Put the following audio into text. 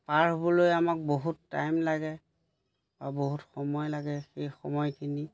পাৰ হ'বলৈ আমাক বহুত টাইম লাগে বা বহুত সময় লাগে সেই সময়খিনি